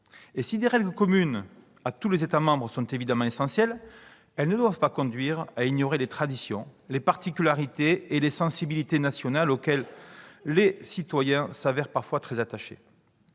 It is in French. Et si des règles communes à tous les États membres sont évidemment essentielles, elles ne doivent pas conduire à ignorer les traditions, les particularités et les sensibilités nationales, auxquelles les citoyens se révèlent parfois très attachés.